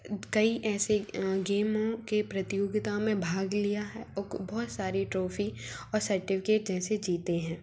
कई ऐसे गेमों के प्रतियोगिता में भाग लिया है और बहुत सारी ट्रोफी और सटिफिकेट जैसे जीते हैं